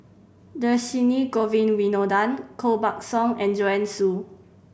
Dhershini Govin Winodan Koh Buck Song and Joanne Soo